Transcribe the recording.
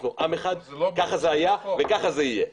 אנחנו עם אחד, ככה זה היה וככה זה יהיה.